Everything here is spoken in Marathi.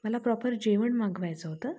मला प्रॉपर जेवण मागवायचं होतं